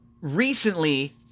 recently